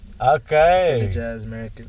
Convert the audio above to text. Okay